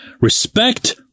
respect